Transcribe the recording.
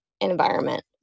environment